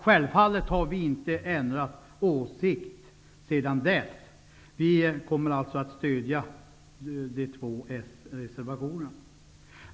Självfallet har vi inte ändrat åsikt sedan dess. Vi kommer alltså att stödja de två sreservationerna.